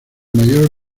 mayor